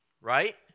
right